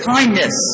Kindness